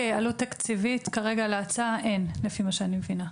עלות תקציבית להצעה אין כרגע, כפי שאני מבינה.